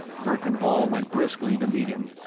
verkan vall went briskly to meet him,